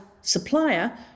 supplier